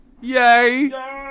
yay